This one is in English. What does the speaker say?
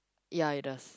ya it does